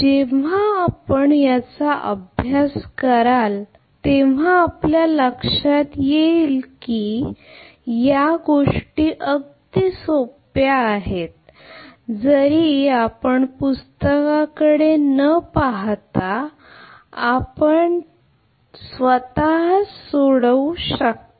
जेव्हा आपण याचा अभ्यास कराल तेव्हा आपल्या लक्षात येईल की आपल्याकडे या गोष्टी अगदी सोप्या आहेत जरी आपण पुस्तकाकडे न पाहता आपण त्यास स्वतःच सोडवू शकता